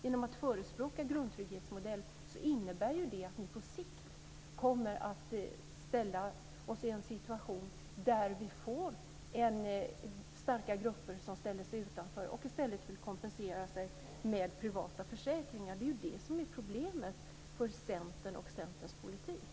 En grundtrygghetsmodell innebär att vi på sikt kommer att ställa oss i en situation där vi får starka grupper som ställer sig utanför och i stället vill kompensera med privata försäkringar. Det är det som är problemet med Centern och Centerns politik.